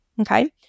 okay